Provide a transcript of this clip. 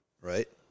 right